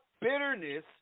bitterness